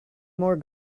more